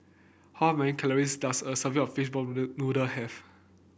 how many calories does a serving of Fishball Noodle noodle have